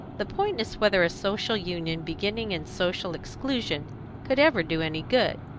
the point is whether a social union beginning in social exclusion could ever do any good.